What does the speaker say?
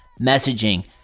messaging